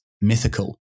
mythical